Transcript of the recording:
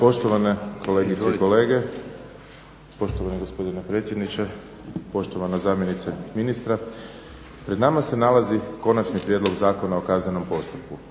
Poštovane kolegice i kolege, poštovani gospodine predsjedniče, poštovana zamjenice ministra. Pred nama se nalazi Konačni prijedlog zakona o Kaznenom postupku.